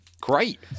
Great